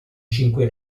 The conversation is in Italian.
cinque